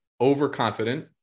overconfident